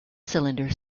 cylinder